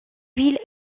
ville